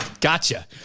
Gotcha